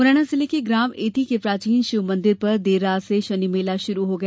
मुरैना जिले के ग्राम ऐती के प्राचीन शिव मंदिर पर देर रात से शनि मेला शुरू हो गया